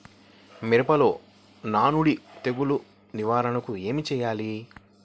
మిరపలో నానుడి తెగులు నివారణకు ఏమి చేయాలి?